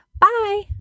Bye